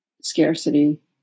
scarcity